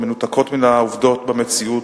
מנותקות מן העובדות במציאות,